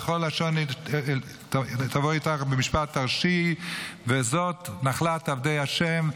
וכל לשון תקום אתך למשפט תרשיעי זאת נחלת עבדי ה'".